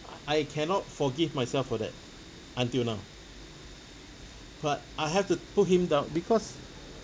I I cannot forgive myself for that until now but I have to put him down because